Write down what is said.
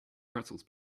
pretzels